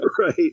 Right